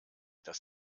das